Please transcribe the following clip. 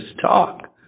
talk